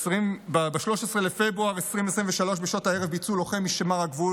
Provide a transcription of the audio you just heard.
ב-13 בפברואר 2023 בשעות הערב ביצעו לוחם משמר הגבול